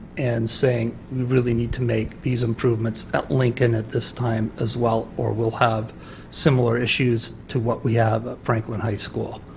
and saying we really need to make these improvements at lincoln at this time as well or we will have similar issues to what we have at franklin high school.